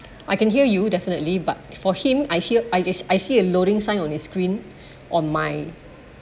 I can hear you definitely but for him I hear I I see a loading sign on his screen on my